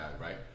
right